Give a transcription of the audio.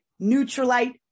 neutralite